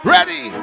Ready